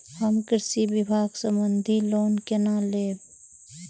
हम कृषि विभाग संबंधी लोन केना लैब?